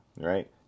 right